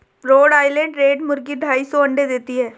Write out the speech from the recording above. road Island Red मुर्गी ढाई सौ अंडे देती है